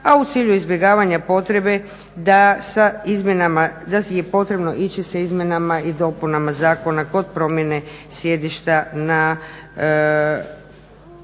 a u cilju izbjegavanja potrebe da je potrebno ići sa izmjenama i dopunama zakona kod promjene sjedišta na